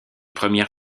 première